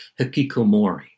hikikomori